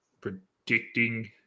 predicting